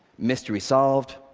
mystery solved,